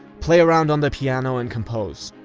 play around on the piano and compose.